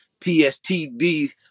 PSTD